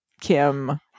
Kim